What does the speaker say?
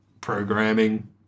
programming